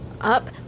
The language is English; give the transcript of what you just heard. up